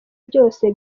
byose